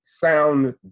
sound